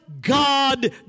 God